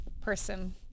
person